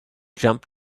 jump